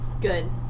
Good